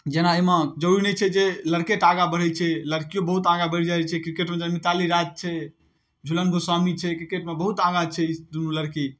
जेना एहिमे जरुरी नहि छै जे लड़के टा आगाँ बढै छै लड़कियो बहुत आगाँ बढ़ि जाइ छै क्रिकेटमे जेना मिताली राज छै झूलन गोस्वामी छै क्रिकेटमे बहुत आगाँ छै ई दुनू लड़की